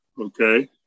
okay